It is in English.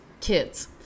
kids